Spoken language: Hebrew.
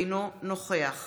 אינו נוכח